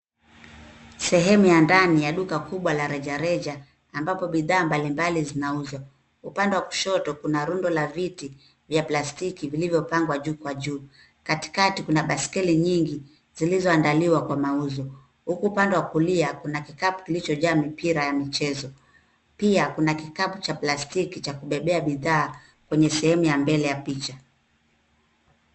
Sehemu ya ndani ya duka kubwa la rejareja ambapo bidhaa mbalimbali zinauzwa. Upande wa kushoto kuna rundo la viti vya plastiki vilivyopangwa juu kwa juu. Katikati, kuna baiskeli nyingi zilizoandaliwa kwa mauzo, huku pande wa kulia kuna kikapu kilichojaa mipira ya michezo. Pia kuna kikapu cha plastiki cha kubebea bidhaa kwenye sehemu ya mbele ya picha.